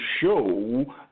show